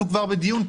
אנחנו בדיון,